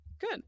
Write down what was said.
good